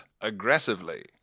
aggressively